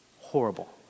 horrible